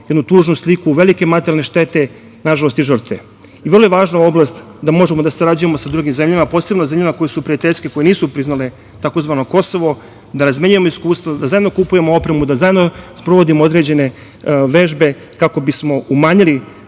jednu tužnu sliku, velike materijalne štete, nažalost i žrtve. Vrlo je važna oblast da možemo da sarađujemo sa drugim zemljama, a posebno sa zemljama koje su prijateljske, koje nisu priznale tzv. Kosovo, da razmenjujemo iskustva, da zajedno kupujemo opremu, da zajedno sprovodimo određene vežbe, kako bismo umanjili